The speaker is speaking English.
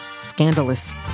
scandalous